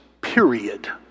period